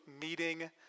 meeting